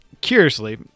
Curiously